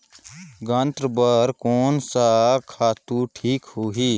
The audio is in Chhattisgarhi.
गन्ना बार कोन सा खातु ठीक होही?